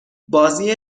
بازی